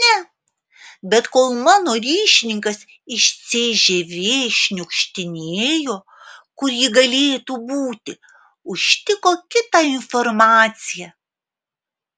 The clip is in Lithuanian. ne bet kol mano ryšininkas iš cžv šniukštinėjo kur ji galėtų būti užtiko kitą informaciją